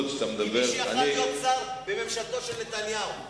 כמי שיכול היה להיות שר בממשלתו של נתניהו.